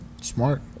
smart